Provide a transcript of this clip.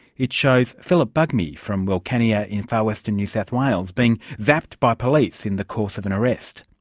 it shows phillip bugmy from wilcannia in far western new south wales being zapped by police in the course of an arrest.